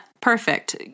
perfect